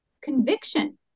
conviction